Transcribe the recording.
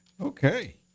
Okay